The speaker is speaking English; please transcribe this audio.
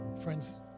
Friends